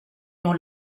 dans